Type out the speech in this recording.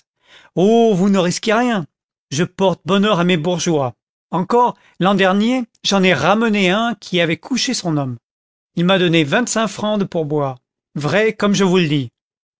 oh vous ne risquez rien je porte bonheur à mes bourgeois encore an dernier j'en ai ramené un qui avait couché son homme il m'a donné vingt-cinq francs de pourboire vra comme je vous le dis